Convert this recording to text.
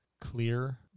clear